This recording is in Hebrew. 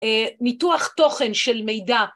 אה.. ניתוח תוכן של מידע